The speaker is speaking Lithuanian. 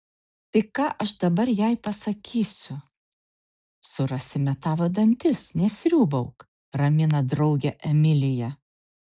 tai ką aš dabar jai pasakysiu surasime tavo dantis nesriūbauk ramina draugę emilija